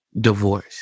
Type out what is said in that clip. divorce